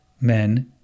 men